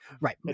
right